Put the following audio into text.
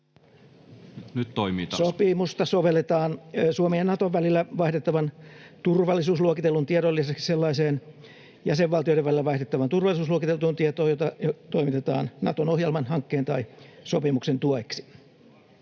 Sopimusta sovelletaan Suomen ja Naton välillä vaihdettavan turvallisuusluokitellun tiedon lisäksi sellaiseen jäsenvaltioiden välillä vaihdettavaan turvallisuusluokiteltuun tietoon, jota toimitetaan Naton ohjelman, hankkeen tai sopimuksen tueksi.